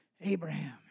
Abraham